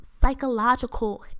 psychological